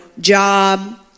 job